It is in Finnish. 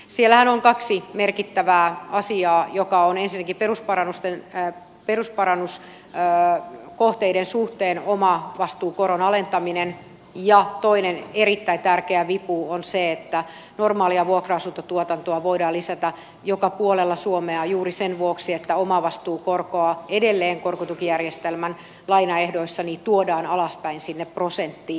siellähän on kaksi merkittävää asiaa jotka ovat ensinnäkin perusparannuskohteiden suhteen omavastuukoron alentaminen ja toinen erittäin tärkeä vipu on se että normaalia vuokra asuntotuotantoa voidaan lisätä joka puolella suomea juuri sen vuoksi että omavastuukorkoa edelleen korkotukijärjestelmän lainaehdoissa tuodaan alaspäin sinne prosenttiin